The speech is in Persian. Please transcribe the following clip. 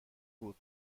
بود